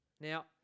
Now